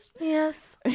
Yes